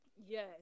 Yes